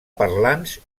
parlants